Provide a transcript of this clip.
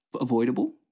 avoidable